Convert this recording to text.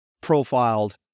profiled